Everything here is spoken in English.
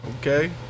okay